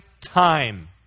time